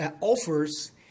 offers